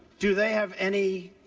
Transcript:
do they have any.